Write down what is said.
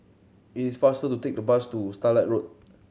it is faster to take the bus to Starlight Road